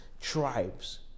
tribes